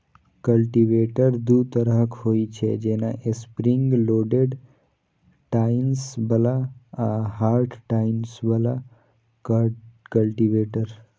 cultivator दू तरहक होइ छै, जेना स्प्रिंग लोडेड टाइन्स बला आ हार्ड टाइन बला कल्टीवेटर